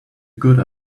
good